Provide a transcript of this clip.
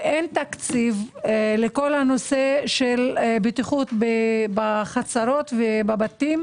ואין תקציב לכל הנושא של בטיחות בחצרות ובבתים,